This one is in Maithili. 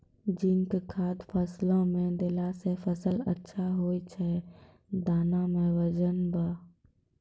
जिंक खाद फ़सल मे देला से फ़सल अच्छा होय छै दाना मे वजन ब